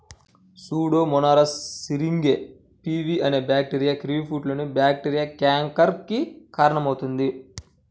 Pseudomonas syringae pv అనే bacteria కివీఫ్రూట్లోని bacteria canker కి కారణమవుతుంది